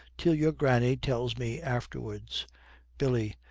till your granny tells me afterwards billy.